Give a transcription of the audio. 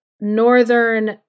northern